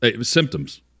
symptoms